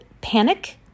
panic